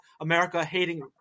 America-hating